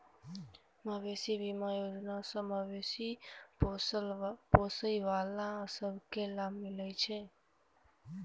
मबेशी बीमा योजना सँ मबेशी पोसय बला सब केँ लाभ मिलइ छै